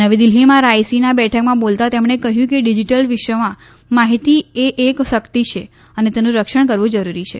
નવી દિલ્ફીમાં રાયસીના બેઠકમાં બોલતાં તેમણે કહ્યું કે ડિજીટલ વિશ્વમાં માહિતી એ એક શક્તિ છે અને તેનું રક્ષણ કરવું જરૂરી છે